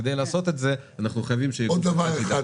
כדי לעשות את זה אנחנו חייבים --- עוד דבר אחד,